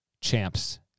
Champs